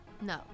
No